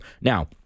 Now